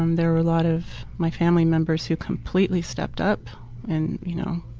um there were a lot of my family members who completely stepped up and you know,